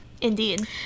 Indeed